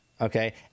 okay